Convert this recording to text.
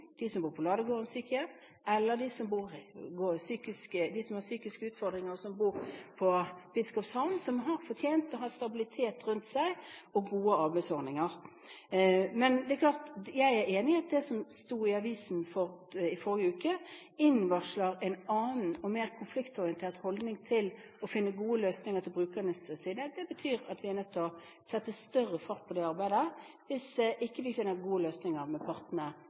bor på Biskopshavn, og som har fortjent å ha stabilitet rundt seg og gode arbeidsordninger. Men jeg er enig i at det som sto i avisen i forrige uke, innvarsler en annen og mer konfliktorientert holdning til å finne gode løsninger sett fra brukernes side. Det betyr at vi er nødt til å sette større fart på det arbeidet hvis vi ikke finner gode løsninger med partene